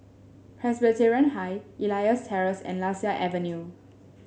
Presbyterian High Elias Terrace and Lasia Avenue